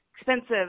expensive